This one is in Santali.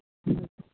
ᱦᱩᱸ